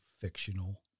fictional